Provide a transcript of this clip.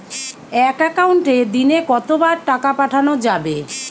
এক একাউন্টে দিনে কতবার টাকা পাঠানো যাবে?